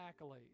accolades